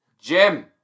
Jim